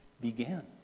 began